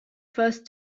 first